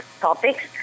topics